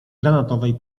granatowej